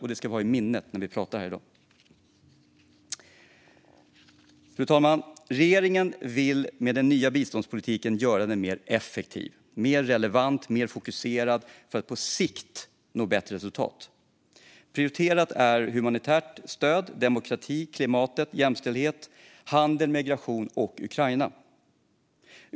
Och det ska vi ha i minnet när vi pratar här i dag. Fru talman! Regeringen vill med den nya biståndspolitiken göra den mer effektiv, mer relevant och mer fokuserad för att på sikt nå bättre resultat. Prioriterat är humanitärt stöd, demokrati, klimatet, jämställdhet, handel, migration och Ukraina.